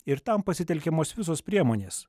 ir tam pasitelkiamos visos priemonės